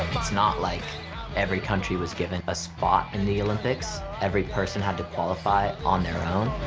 it's not like every country was given a spot in the olympics. every person had to qualify on their own.